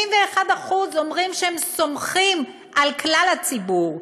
71% אומרים שהם סומכים על כלל הציבור,